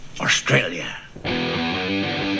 Australia